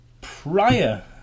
Prior